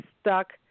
stuck